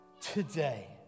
today